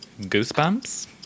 goosebumps